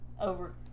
over